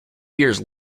years